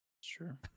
Sure